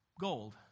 gold